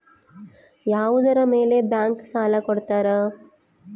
ಯಾವುದರ ಮೇಲೆ ಬ್ಯಾಂಕ್ ಸಾಲ ಕೊಡ್ತಾರ?